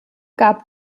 gab